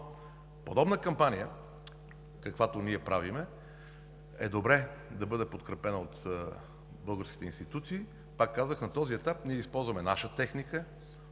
Подобна кампания, каквато ние правим, е добре да бъде подкрепена от българските институции. Пак казвам, на този етап ние използваме наша техника,